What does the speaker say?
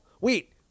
Wait